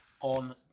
on